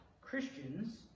Christians